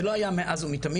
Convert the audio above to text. זה לא היה מאז ומתמיד,